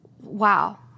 Wow